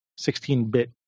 16-bit